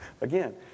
Again